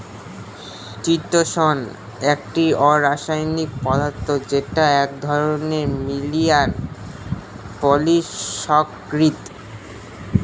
চিতোষণ একটি অরাষায়নিক পদার্থ যেটা এক ধরনের লিনিয়ার পলিসাকরীদ